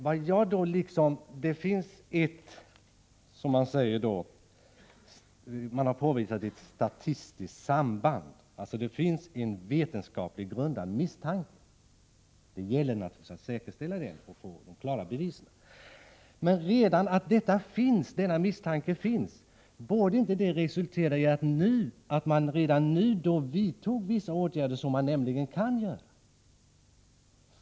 Man säger emellertid att man påvisat ett s.k. statistiskt samband — alltså det finns en vetenskapligt grundad misstanke. Det gäller naturligtvis att fastställa detta och få klara bevis. Men redan den omständigheten att en sådan här misstanke finns, borde inte det resultera i att man redan nu vidtar vissa åtgärder.